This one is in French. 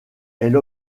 elle